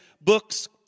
books